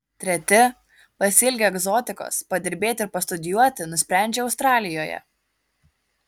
treti pasiilgę egzotikos padirbėti ir pastudijuoti nusprendžia australijoje